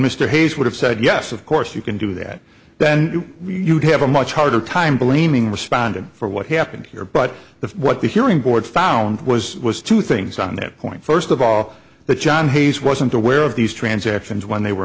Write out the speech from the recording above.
mr hayes would have said yes of course you can do that then you'd have a much harder time blaming respondent for what happened here but the what the hearing board found was was two things on that point first of all that john hayes wasn't aware of these transactions when they were